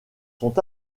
sont